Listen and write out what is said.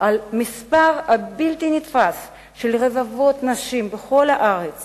על המספר הבלתי-נתפס של רבבות נשים בכל הארץ